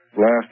Last